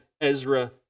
Ezra